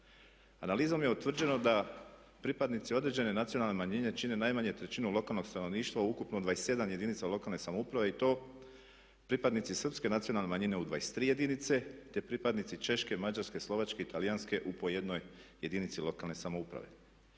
Analizom je utvrđeno da pripadnici određene nacionalne manjine čine najmanje trećinu lokalnog stanovništva u ukupno 27 jedinica lokalne samouprave i to pripadnici srpske nacionalne manjine u 23 jedinice te pripadnici češke, mađarske, slovačke i talijanske u po 1 jedinici lokalne samouprave.